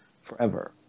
forever